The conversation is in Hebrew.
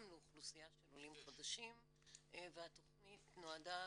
לאוכלוסייה של עולים חדשים והתכנית נועדה